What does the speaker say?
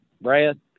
Brad